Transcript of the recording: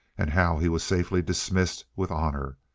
and how he was safely dismissed with honor,